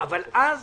אבל אז